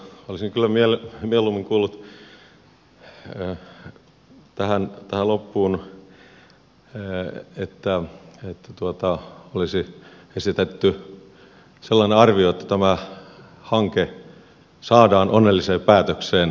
olisin kyllä mieluummin kuullut tähän loppuun että olisi esitetty sellainen arvio että tämä hanke saadaan onnelliseen päätökseen